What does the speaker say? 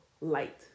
light